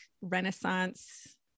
Renaissance